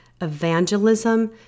evangelism